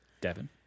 Devin